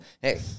Hey